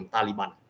Taliban